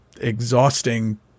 exhausting